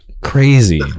crazy